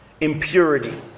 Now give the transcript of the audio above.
impurity